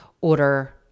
order